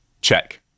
Check